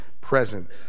present